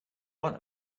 one